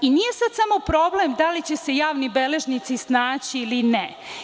Nije sada samo problem da li će se javni beležnici snaži ili ne.